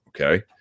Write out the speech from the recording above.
okay